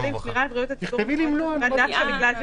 הדבקה.